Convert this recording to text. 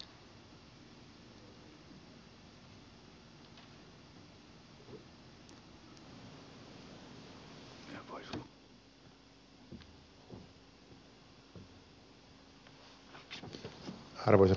arvoisa puhemies